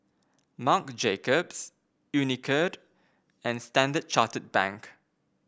Marc Jacobs Unicurd and Standard Chartered Bank